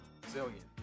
Zillion